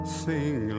sing